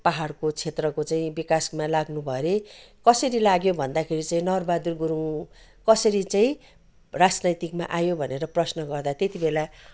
पहाडको क्षेत्रको चाहिँ विकासमा लाग्नुभयो अरे कसरी लाग्यो भन्दाखेरि चाहिँ नरबहादुर गुरुङ कसरी चाहिँ राजनैतिकमा आयो भनेर प्रश्न गर्दा त्यत बेला